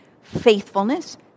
faithfulness